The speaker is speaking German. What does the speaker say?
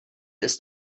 ist